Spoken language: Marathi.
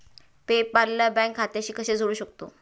पे पाल ला बँक खात्याशी कसे जोडू शकतो?